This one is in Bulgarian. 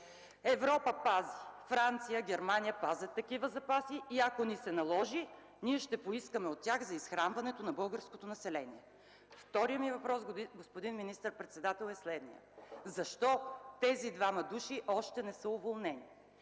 Европа пази. Франция и Германия пазят такива запаси. Ако ни се наложи, ние ще поискаме от тях за изхранване на българското население.” Вторият ми въпрос, господин министър-председател, е следният: защо тези двама души още не са уволнени